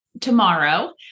tomorrow